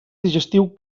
digestiu